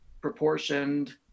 proportioned